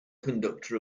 conductor